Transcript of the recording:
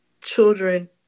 children